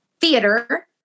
theater